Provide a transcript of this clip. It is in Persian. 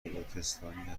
پروتستانی